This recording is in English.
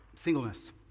Singleness